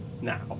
now